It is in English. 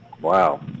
Wow